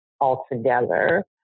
altogether